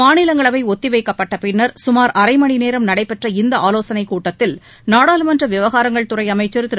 மாநிலங்களவை ஒத்தி வைக்கப்பட்ட பின்னர் சுமார் அரைமணி நேரம் நடைபெற்ற இந்த ஆலோசனைக் கூட்டத்தில் நாடாளுமன்ற விவகாரங்கள் துறை அமைச்சர் திரு